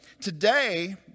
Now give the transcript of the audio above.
Today